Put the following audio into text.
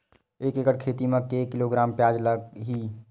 एक एकड़ खेती म के किलोग्राम प्याज लग ही?